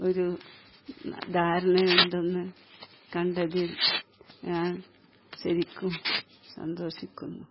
നല്ല ധാരണയുണ്ടെന്ന് കണ്ടതിൽ ഞാൻ ശെരിക്കും സന്തോഷിക്കുന്നു